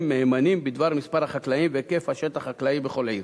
מהימנים בדבר מספר החקלאים והיקף השטח החקלאי בכל עיר.